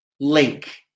link